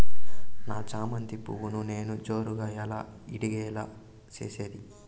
నా చామంతి పువ్వును నేను జోరుగా ఎలా ఇడిగే లో చేసేది?